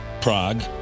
Prague